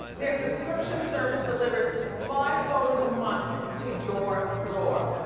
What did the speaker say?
their subscription service delivers five photos a month to your door.